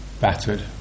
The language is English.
battered